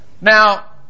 Now